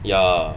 ya